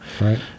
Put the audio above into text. Right